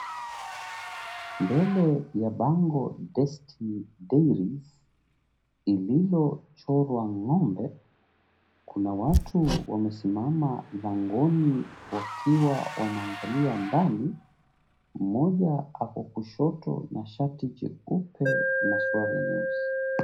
Mbele ya bango Destiny Dairies lililochorwa ng'ombe. Kuna watu wamesimama langoni wakiwa wanaangalia ndani. Mmoja ako kushoto na shati jeupe na suruali nyeusi.